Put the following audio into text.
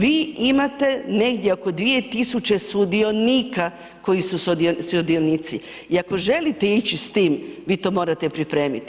Vi imate negdje oko 2000 sudionika koji su sudionici i ako želite ići s tim vi to morate pripremiti.